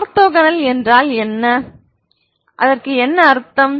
orthogonal என்றால் என்ன அர்த்தம்